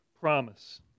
promise